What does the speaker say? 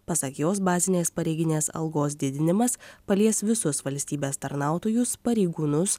pasak jos bazinės pareiginės algos didinimas palies visus valstybės tarnautojus pareigūnus